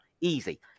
Easy